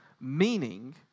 Meaning